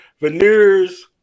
veneers